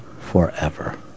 forever